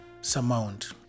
surmount